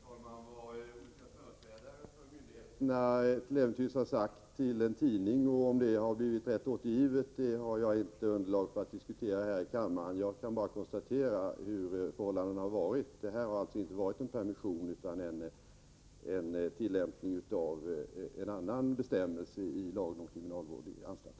Herr talman! Vad olika företrädare för myndigheterna till äventyrs har sagt till en tidning och om det sagda har blivit rätt återgivet har jag inte underlag för att diskutera här i kammaren. Jag kan bara konstatera hur förhållandena har varit. Det här har alltså inte varit en permission utan en tillämpning av en annan bestämmelse i lagen om kriminalvård i anstalt.